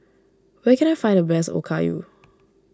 where can I find the best Okayu